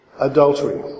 adultery